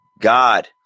God